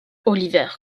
oliver